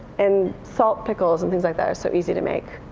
and salt pickles and things like that are so easy to make.